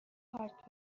کارت